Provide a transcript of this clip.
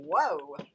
whoa